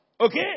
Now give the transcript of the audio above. Okay